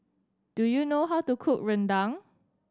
do you know how to cook Rendang